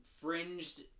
fringed